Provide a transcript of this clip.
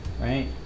right